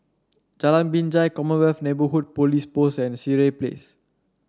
Jalan Binjai Commonwealth Neighbourhood Police Post and Sireh Place